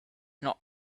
not